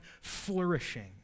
flourishing